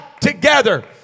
together